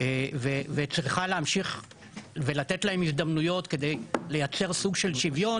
וצריכה להמשיך ולתת להם הזדמנויות כדי לייצר סוג של שוויון,